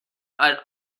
but